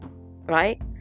Right